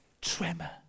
tremor